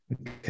Okay